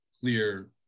Clear